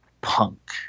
Punk